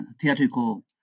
Theatrical